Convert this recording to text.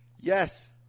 Yes